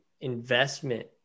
investment